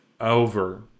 Over